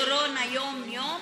עושים בדיקת קורונה יום-יום?